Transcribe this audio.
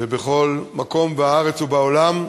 ובכל מקום בארץ ובעולם.